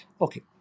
Okay